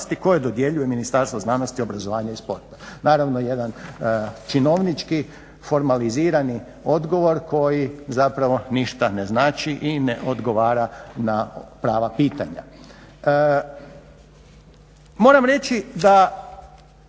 koje dodjeljuje Ministarstvo znanosti, obrazovanja i športa. Naravno jedan činovnički, formalizirani odgovor koji zapravo ništa ne znači i ne odgovara na prava pitanje. Moram reći da